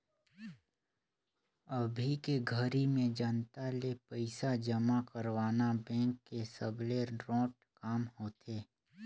अभी के घरी में जनता ले पइसा जमा करवाना बेंक के सबले रोंट काम होथे